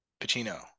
pacino